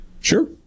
Sure